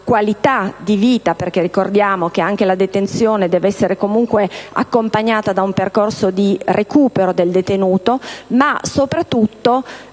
qualità di vita, perché - ricordiamolo - la detenzione deve essere comunque accompagnata da un percorso di recupero del detenuto; ma anche